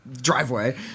driveway